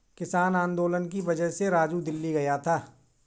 किसान आंदोलन की वजह से राजू दिल्ली गया था